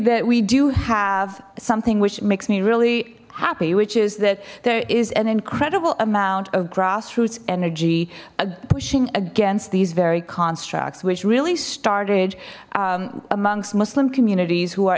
that we do have something which makes me really happy which is that there is an incredible amount of grassroots energy pushing against these very constructs which really started amongst muslim communities who are